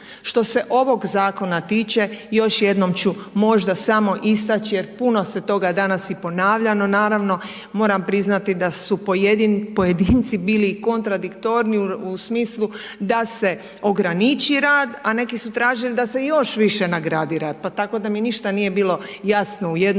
Što se ovog zakona tiče još jednom ću možda smo istaći, jer puno se toga danas i ponavljalo naravno, moram priznati da su pojedinci bili kontradiktorni u smislu da se ograniči rad, a neki su tražili da se još više nagradi rad, pa tako da mi ništa nije bilo jasno u jednom